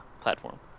platform